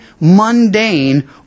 mundane